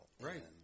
Right